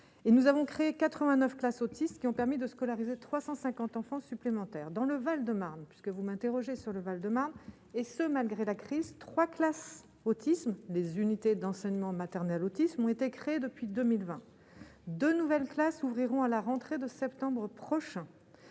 nous avons créé 89 class autistes qui ont permis de scolariser 350 enfants supplémentaires dans le Val-de-Marne, puisque vous m'interrogez sur le Val-de-Marne et ce malgré la crise 3 classes autisme des unités d'enseignement maternel autisme ont été créés depuis 2020 de nouvelles classes ouvriront à la rentrée de septembre prochain,